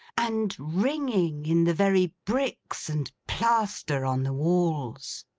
and ringing in the very bricks and plaster on the walls.